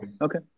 okay